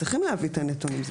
צריכים להביא את הנתונים.